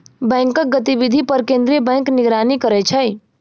बैंकक गतिविधि पर केंद्रीय बैंक निगरानी करै छै